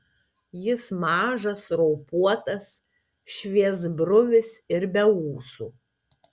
jis mažas raupuotas šviesbruvis ir be ūsų